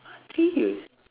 three years